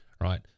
right